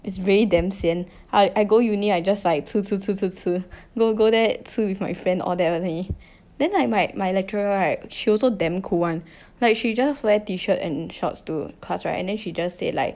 is really damn sian I I go uni I just like 吃吃吃吃吃 go go there 吃 with my friend all that only then like my my lecturer right she also damn cool [one] like she just wear T shirt and shorts to class right and then she just say like